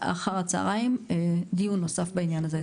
אחר הצהריים דיון נוסף בעניין הזה,